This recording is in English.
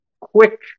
quick